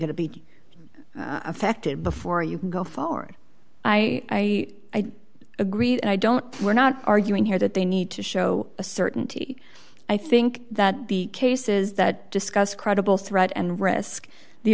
going to be affected before you can go forward i agree i don't we're not arguing here that they need to show a certainty i think that the cases that discuss credible threat and risk the